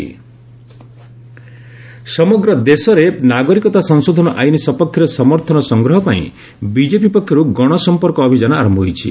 CAA campaign ସମଗ୍ର ଦେଶରେ ନାଗରିକତା ସଂଶୋଧନ ଆଇନ ସପକ୍ଷରେ ସମର୍ଥନ ସଂଗ୍ରହ ପାଇଁ ବିଜେପି ପକ୍ଷରୁ ଗଣସମ୍ପର୍କ ଅଭିଯାନ ଆରମ୍ଭ ହୋଇଛି